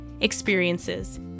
experiences